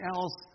else